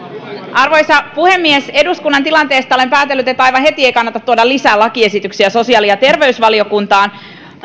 arvoisa puhemies eduskunnan tilanteesta olen päätellyt että aivan heti ei kannata tuoda lisää lakiesityksiä sosiaali ja terveysvaliokuntaan